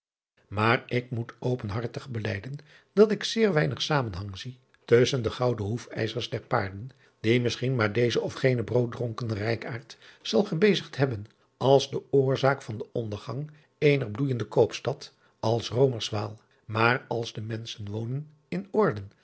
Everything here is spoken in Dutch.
maar ik moet openhartig belijden dat ik zeer weinig zamenhang zie tusschen de gouden hoefijzers der paarden die misschien maar deze of gene brooddronken rijkaard zal gebezigd hebben als de oorzaak van den ondergang eener bloeijende koopstad als omerswaal maar als de menschen wonen in oorden